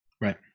Right